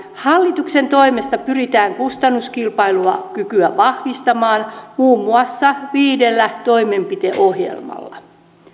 hallituksen toimesta pyritään kustannuskilpailukykyä vahvistamaan muun muassa viidellä toimenpideohjelmalla